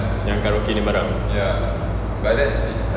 yang karaoke nya barang